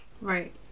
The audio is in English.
right